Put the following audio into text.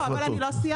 לא, אבל אני לא סיימתי.